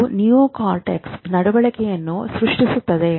ಇದು ನಿಯೋಕಾರ್ಟೆಕ್ಸ್ ನಡವಳಿಕೆಯನ್ನು ಸೃಷ್ಟಿಸುತ್ತದೆ